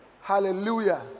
Hallelujah